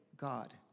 God